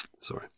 sorry